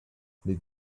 did